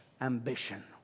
ambition